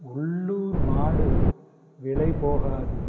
உள்ளூர் மாடு விலை போகாது